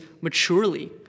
maturely